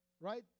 Right